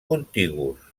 contigus